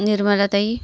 निर्मलाताई